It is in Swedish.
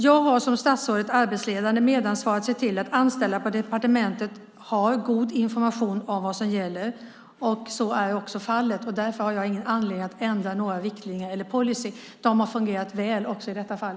Jag har som statsråd ett arbetsledande medansvar att se till att anställda på departementet har god information om vad som gäller, och så är också fallet. Jag har därför ingen anledning att ändra några riktlinjer eller policy. De har fungerat väl också i detta fall.